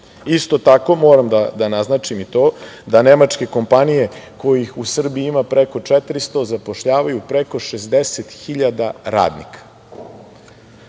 tako, moram da naznačim i to da nemačke kompanije kojih u Srbiji ima preko 400, zapošljavaju preko 60.000